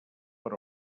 per